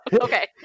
Okay